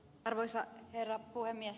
arvoisa herra puhemies